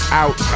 out